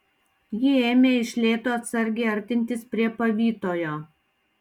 ji ėmė iš lėto atsargiai artintis prie pavytojo